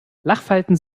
lachfalten